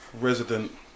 resident